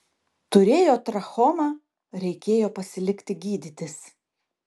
turėjo trachomą reikėjo pasilikti gydytis